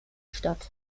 statt